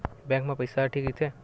Bank मा पईसा ह ठीक राइथे?